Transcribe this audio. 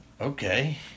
Okay